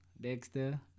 Dexter